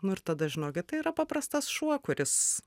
nu ir tada žinokit tai yra paprastas šuo kuris